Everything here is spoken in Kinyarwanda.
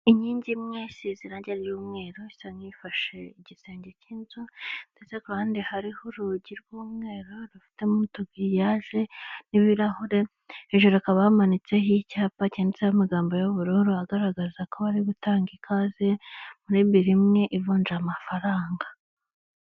Inkingi imwe isize irangi ry'umweru isa nk'ifashe igisenge cy'inzu ndetse ku ruhande hariho urugi rw'umweru rufitemo n'utugiriyaje n'ibirahure, hejuru hakaba bamanitseho icyapa cyanditseho amagambo y'ubururu agaragaza ko bari gutanga ikaze murimbiri imwe ivunja amafaranga.